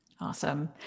Awesome